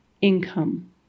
income